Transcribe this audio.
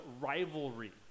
rivalry